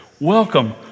Welcome